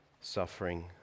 suffering